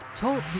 Talk